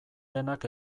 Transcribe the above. denak